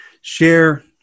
share